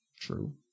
True